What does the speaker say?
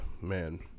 Man